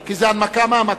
כי זו הנמקה מהמקום.